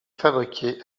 fabriqués